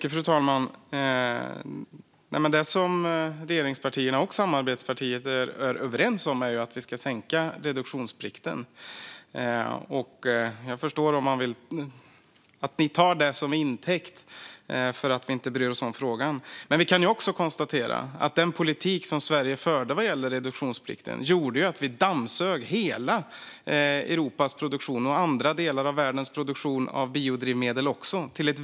Fru talman! Nej, men det som regeringspartierna och samarbetspartiet är överens om är att vi ska minska reduktionsplikten. Jag förstår att ni tar det till intäkt för att vi inte bryr oss om frågan. Men vi kan också konstatera att den politik som Sverige förde vad gäller reduktionsplikten gjorde att vi till ett väldigt högt pris dammsög hela Europas produktion och även andra delar av världens produktion av biodrivmedel.